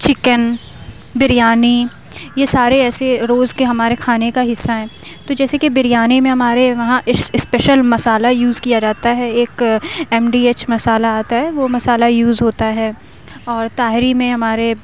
chicken biryani یہ سارے ایسے روز كے ہمارے كھانے كا حصّہ ہیں تو جیسے كہ بریانی میں ہمارے وہاں اسپیشل مسالہ یوز کیا جاتا ہے ایک ایم ڈی ایچ مسالہ آتا ہے وہ مسالہ یوز ہوتا ہے اور تاہیری میں ہمارے